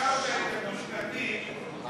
כשביקרתם את הדו-שנתי,